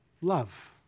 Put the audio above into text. Love